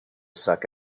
suck